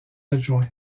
adjoints